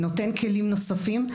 נותן כלים נוספים,